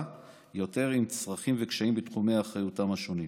יותר עם צרכים וקשיים בתחומי אחריותם השונים.